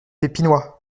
pépinois